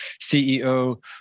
CEO